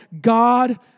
God